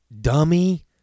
dummy